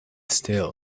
still